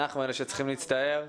אנחנו אלה שצריכים להצטער.